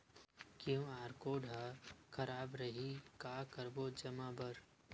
QR code हा खराब रही का करबो जमा बर?